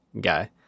guy